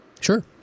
Sure